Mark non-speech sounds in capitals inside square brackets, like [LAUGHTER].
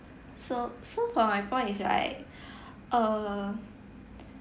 so so for my point is right [BREATH] err